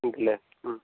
ഉണ്ടല്ലേ